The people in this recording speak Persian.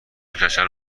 کچل